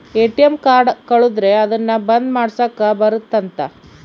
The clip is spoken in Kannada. ಎ.ಟಿ.ಎಮ್ ಕಾರ್ಡ್ ಕಳುದ್ರೆ ಅದುನ್ನ ಬಂದ್ ಮಾಡ್ಸಕ್ ಬರುತ್ತ ಅಂತ